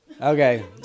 Okay